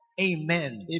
amen